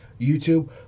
YouTube